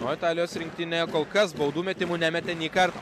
o italijos rinktinė kol kas baudų metimų nemetė nei karto